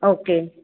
okay